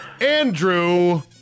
Andrew